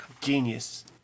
Genius